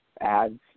ads